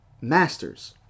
masters